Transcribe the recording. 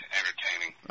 entertaining